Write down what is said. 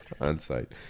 on-site